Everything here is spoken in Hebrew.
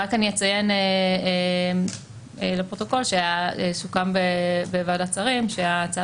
אני אציין לפרוטוקול שסוכם בוועדת שרים שההצעה